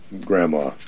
grandma